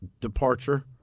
departure